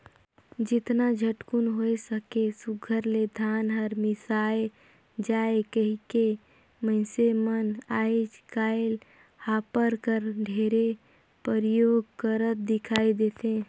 जेतना झटकुन होए सके सुग्घर ले धान हर मिसाए जाए कहिके मइनसे मन आएज काएल हापर कर ढेरे परियोग करत दिखई देथे